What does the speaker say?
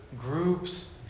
groups